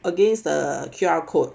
against the Q_R code